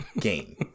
game